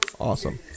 Awesome